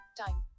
time